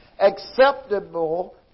acceptable